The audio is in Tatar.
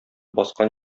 баскан